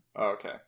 Okay